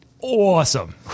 awesome